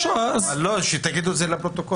לא, שתגיד את זה לפרוטוקול.